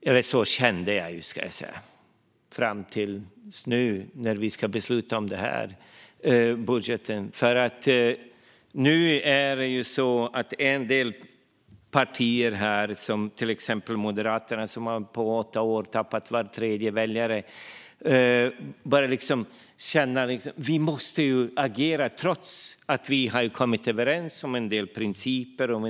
Eller så kände jag fram till nu när vi ska besluta om den här budgeten, ska jag säga. Nu är det nämligen så att en del partier här - till exempel Moderaterna, som på åtta år har tappat var tredje väljare - känner att de måste agera trots att vi har kommit överens om en del principer.